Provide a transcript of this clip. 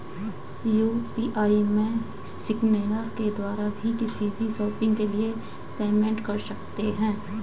UPI में scanner के द्वारा भी किसी भी शॉपिंग के लिए पेमेंट कर सकते है